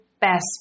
best